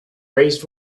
raised